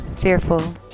fearful